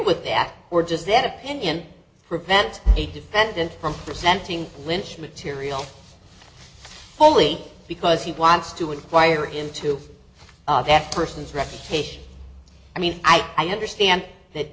with that or just that opinion prevents a defendant from present lynch material soley because he wants to inquire into that person's reputation i mean i understand that